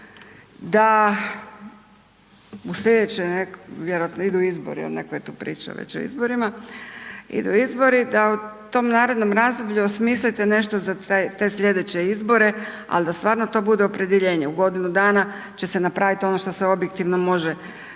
da u sljedeće, vjerojatno idu izbor jer neko je tu pričao već o izborima, idu izbori da u tom narednom razdoblju osmislite nešto za te sljedeće izbore, ali da to stvarno bude opredjeljenje u godinu dana će se napraviti ono što se objektivno može napraviti